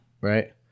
right